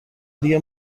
دیگه